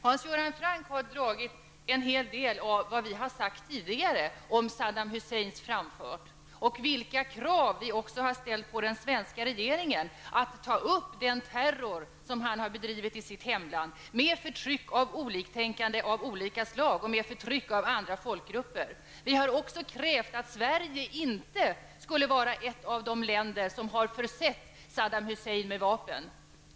Hans Göran Franck har framfört en hel del av vad vi har sagt tidigare om Saddam Husseins framfart och också vilka krav vi har ställt på den svenska regeringen att ta upp den terror som denne har bedrivit i sitt hemland, med förtryck av oliktänkande av olika slag och med förtryck av andra folkgrupper. Vi har också krävt att Sverige inte skulle vara ett av de länder som har försett Saddam Hussein med vapen.